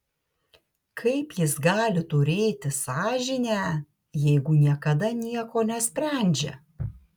kaip jis gali turėti sąžinę jeigu niekada nieko nesprendžia